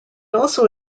also